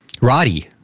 Roddy